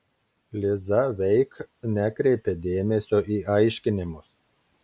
liza veik nekreipė dėmesio į aiškinimus